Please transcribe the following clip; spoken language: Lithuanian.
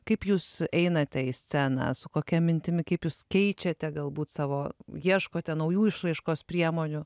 kaip jūs einate į sceną su kokia mintimi kaip jūs keičiate galbūt savo ieškote naujų išraiškos priemonių